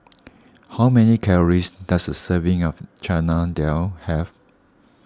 how many calories does a serving of Chana Dal have